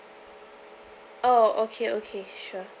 oh okay okay sure